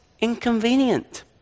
inconvenient